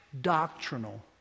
doctrinal